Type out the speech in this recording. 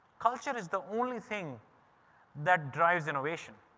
culture is the only thing that drives innovation.